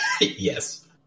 Yes